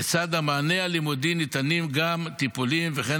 לצד המענה הלימודי ניתנים גם טיפולים וכן